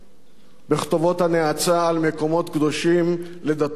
בכתובות הנאצה על מקומות קדושים לדתות אחרות,